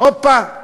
הופה,